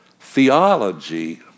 Theology